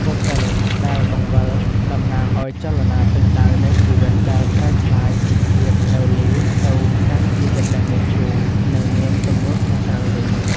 ពពិលដែលបង្វិលតំណាងឱ្យចលនាទិសដៅនៃជីវិត ដែលប្រែក្លាយពីភាពនៅលីវទៅកាន់ជីវិតដែលមានគូ និងមានទំនួលខុសត្រូវវិញ ។